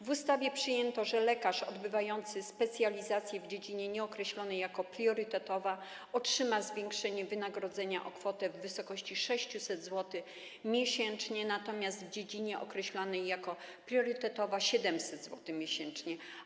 W ustawie przyjęto, że lekarz odbywający specjalizację w dziedzinie nieokreślanej jako priorytetowa otrzyma zwiększenie wynagrodzenia o kwotę w wysokości 600 zł miesięcznie, natomiast w dziedzinie określanej jako priorytetowa - 700 zł miesięcznie.